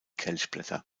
kelchblätter